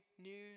news